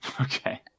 Okay